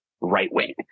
right-wing